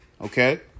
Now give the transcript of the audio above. okay